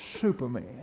Superman